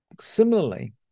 similarly